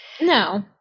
No